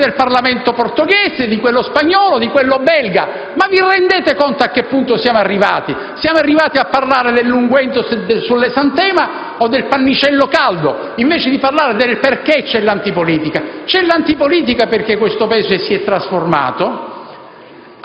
ma anche del Parlamento portoghese, di quello spagnolo e di quello belga. Ma vi rendete a che punto siamo arrivati? A parlare dell'unguento sull'esantema o, del pannicello caldo, invece di parlare del perché c'è l'antipolitica. C'è l'antipolitica perché questo Paese si è trasformato,